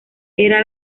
era